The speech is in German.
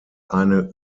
eine